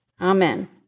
Amen